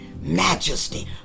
majesty